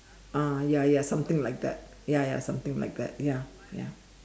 ah ya ya something like that ya ya something like that ya ya